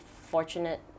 fortunate